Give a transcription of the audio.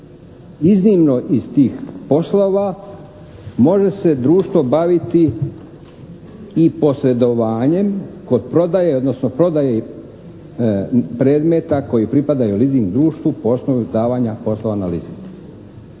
iznimno iz tih poslova, može se društvo baviti i posredovanjem kod prodaje, odnosno prodaje predmeta koji pripadaju leasing društvu po osnovu davanja poslova na leasing".